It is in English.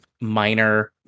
minor